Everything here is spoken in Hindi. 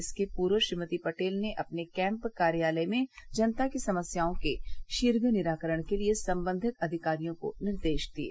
इसके पूर्व श्रीमती पटेल ने अपने कैम्प कार्यालय में जनता की समस्याओं के शीघ्न निराकरण के लिए सम्बन्धित अधिकारियों को निर्देश दिये